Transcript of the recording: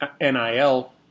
NIL